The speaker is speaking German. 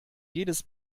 jedes